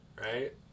right